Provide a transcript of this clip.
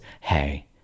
hey